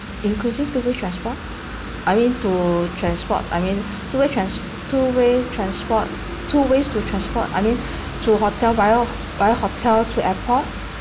inclusive two way transport I mean to transport I mean two way trans~ two way transport two ways to transport I mean to hotel via via hotel to airport